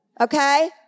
okay